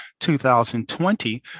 2020